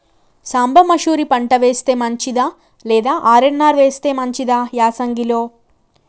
సాంబ మషూరి పంట వేస్తే మంచిదా లేదా ఆర్.ఎన్.ఆర్ వేస్తే మంచిదా యాసంగి లో?